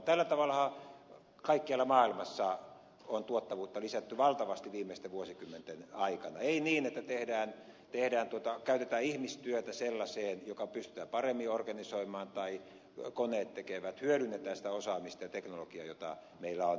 tällä tavallahan kaikkialla maailmassa on tuottavuutta lisätty valtavasti viimeisten vuosikymmenten aikana ei niin että käytetään ihmistyötä sellaiseen joka pystytään paremmin organisoimaan tai jonka koneet tekevät vaan hyödynnytetään sitä osaamista ja teknologiaa jota meillä on